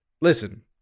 listen